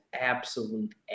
absolute